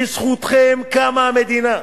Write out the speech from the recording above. בזכותכם קמה המדינה,